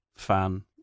fan